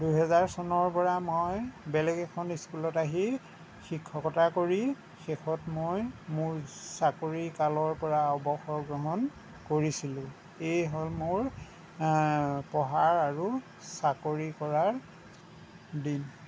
দুই হজাৰ চনৰ পৰা মই বেলেগ এখন স্কুলত আহি শিক্ষকতা কৰি শেষত মই মোৰ চাকৰি কালৰ পৰা অৱসৰ গ্ৰহণ কৰিছিলোঁ এইয়ে হ'ল মোৰ পঢ়াৰ আৰু চাকৰি কৰাৰ দিন